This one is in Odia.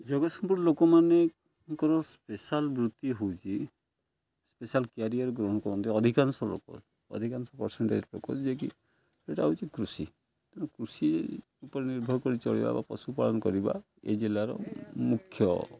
ଜଗତସିଂହପୁର ଲୋକମାନଙ୍କର ସ୍ପେଶାଲ୍ ବୃତ୍ତି ହେଉଛି ସ୍ପେଶାଲ୍ କ୍ୟାରିୟର୍ ଗ୍ରହଣ କରନ୍ତି ଅଧିକାଂଶ ଲୋକ ଅଧିକାଂଶ ପରସେଣ୍ଟେଜ୍ ଲୋକ ଯିଏ କି ସେଟା ହେଉଛି କୃଷି ତେଣୁ କୃଷି ଉପରେ ନିର୍ଭର କରି ଚଳିବା ବା ପଶୁପାଳନ କରିବା ଏ ଜିଲ୍ଲାର ମୁଖ୍ୟ